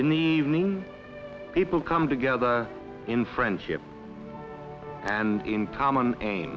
in the evening people come together in friendship and in common